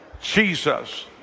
Jesus